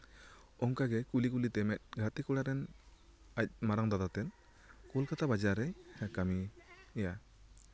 ᱚᱱᱠᱟ ᱜᱮ ᱠᱩᱞᱤ ᱠᱩᱞᱤᱛᱮ ᱢᱤᱫ ᱜᱟᱛᱮ ᱠᱚᱲᱟ ᱨᱮᱱ ᱟᱡ ᱢᱟᱨᱟᱝ ᱫᱟᱫᱟᱛᱮ ᱠᱳᱞᱠᱟᱛᱟ ᱵᱟᱡᱟᱨ ᱨᱮᱭ ᱠᱟᱹᱢᱤᱭᱟ